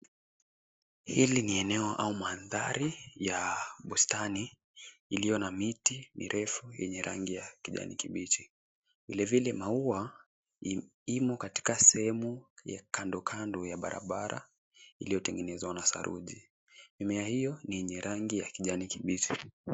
Hili ni eneo au mandhari ya bustani iliyo na miti mirefu yenye rangi ya kijani kibichi. Vilevile maua imo katika sehemu ya kando kando ya barabara iliyotengenezwa na saruji. Mimea hiyo ni yenye rangi ya kijani kibichi.